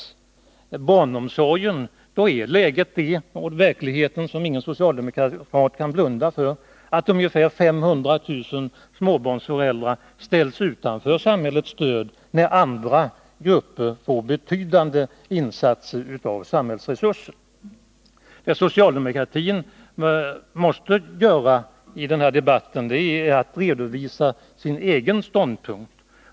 Och inom barnomsorgen är verkligheten sådan att ungefär 500 000 småbarnsföräldrar ställs utanför samhällets stöd samtidigt som andra grupper får del av betydande insatser av samhällsresurser. Detta kan ingen socialdemokrat blunda för. Socialdemokratin måste i denna debatt redovisa sin egen ståndpunkt.